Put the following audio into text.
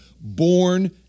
born